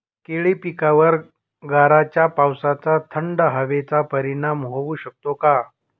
केळी पिकावर गाराच्या पावसाचा, थंड हवेचा परिणाम होऊ शकतो का?